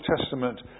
Testament